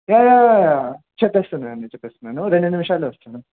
yeah చెప్పేస్తున్నానండి చెప్పేస్తున్నాను రెండు నిమిషాల్లో వస్తాడు